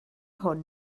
hwn